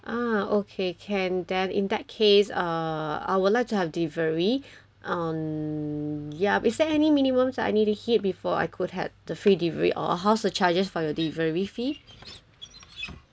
ah okay can then in that case uh I would like to have delivery um ya is there any minimum so I need to hit before I could have the free delivery or how's the charges for your delivery fee